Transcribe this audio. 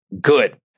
good